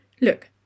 Look